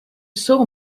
saw